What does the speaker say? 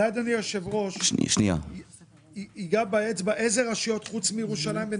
היושב-ראש ייגע באצבע, אילו רשויות חוץ מירושלים?